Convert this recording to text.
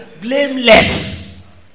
Blameless